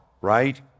right